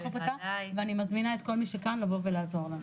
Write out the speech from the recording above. חזקה ואני מזמינה את כל מי שכאן לבוא ולעזור לנו.